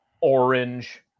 orange